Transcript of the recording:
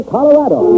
Colorado